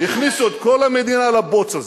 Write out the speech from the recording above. הכניסו את כל המדינה לבוץ הזה,